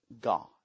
God